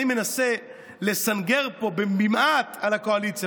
אני מנסה לסנגר פה במעט על הקואליציה,